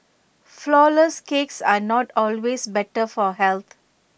Flourless Cakes are not always better for health